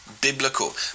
biblical